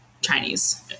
chinese